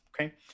Okay